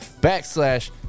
backslash